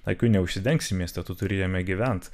akių neužsidengsi mieste tu turi jame gyvent